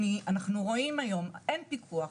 אנחנו רואים שאין היום פיקוח.